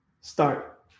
start